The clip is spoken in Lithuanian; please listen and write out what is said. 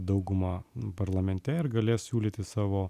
daugumą parlamente ir galės siūlyti savo